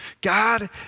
God